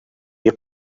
your